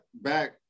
back